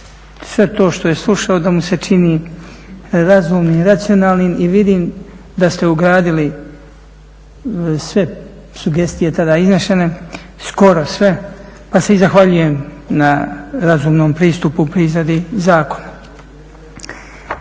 sve to što je slušao da mu se čini razumnim i racionalnim i vidim da ste ugradili sve sugestije tada iznešene, skoro sve, pa se i zahvaljujem na razumnom pristupu pri izradi zakona.